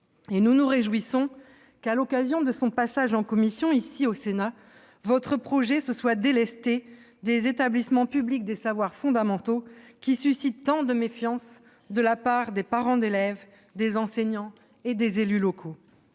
Nous nous réjouissons que, lors de son passage en commission, au Sénat, votre projet se soit délesté des établissements publics des savoirs fondamentaux, qui suscitent tant de méfiance de la part des parents d'élèves, des enseignants et des élus locaux.